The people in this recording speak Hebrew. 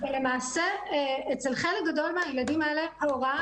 למעשה אצל חלק גדול מהילדים האלה ההוראה